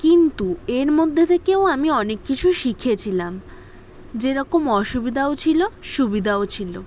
কিন্তু এর মধ্যে থেকেও আমি অনেক কিছুই শিখেছিলাম যেরকম অসুবিধাও ছিল সুবিধাও ছিল